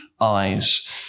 eyes